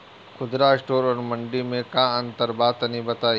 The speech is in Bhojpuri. खुदरा स्टोर और मंडी में का अंतर बा तनी बताई?